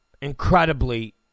incredibly